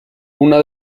una